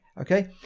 okay